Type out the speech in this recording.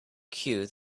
queue